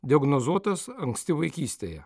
diagnozuotas anksti vaikystėje